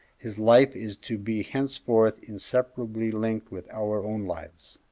his life is to be henceforth inseparably linked with our own lives.